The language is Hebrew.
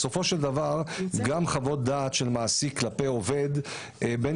בסופו של דבר גם חוות דעת של מעסיק לעובד בין